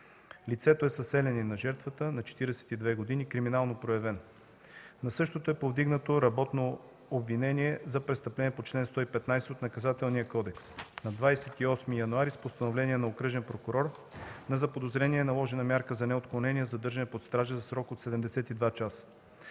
Лицето е съсед на жертвата, на 42 години, криминално проявен. На същото е повдигнато работно обвинение за престъпление по чл. 115 от Наказателния кодекс. На 28 януари с Постановление на окръжния прокурор на заподозрения е наложена мярка за неотклонение – „задържане под стража” за срок от 72 часа.